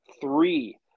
three